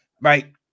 right